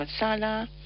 masala